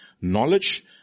knowledge